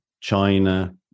China